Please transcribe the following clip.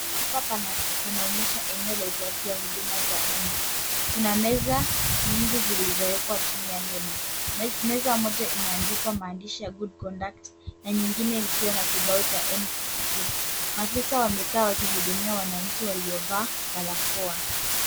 Hapa panaonyesha eneo la utoaji wa huduma za uma. Kuna meza mingi zilizowekwa chini ya hema. Meza moja imeandiwa maandishi ya good conduct na nyingine ikiwa na kibao cha NTSA. Afisa wamekaa wakihudumia wananchi waliovaa barakoa.